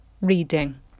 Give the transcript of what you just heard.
reading